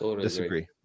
disagree